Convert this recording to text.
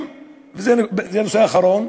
נושא אחרון,